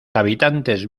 habitantes